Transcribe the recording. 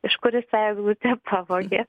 iš kur jis tą eglutę pavogė